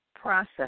process